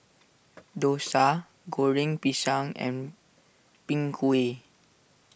Dosa Goreng Pisang and Png Kueh